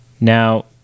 Now